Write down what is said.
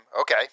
okay